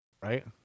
right